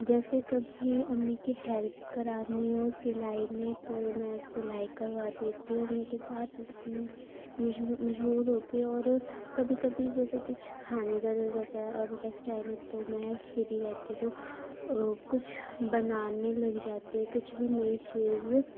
جیسے کبھی امی کی ہیلپ کرانی ہو سلائی میں تو میں سلائی کروا دیتی ہوں امی کے ساتھ اس میں مجبور ہو کے اور کبھی کبھی جیسے کچھ کھانے کا دل کرتا ہے اور میرے پاس ٹائم ہے تو میں فری رہتی ہوں تو کچھ بنانے لگ جاتی ہوں کچھ بھی نئی چیز